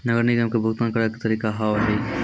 नगर निगम के भुगतान करे के तरीका का हाव हाई?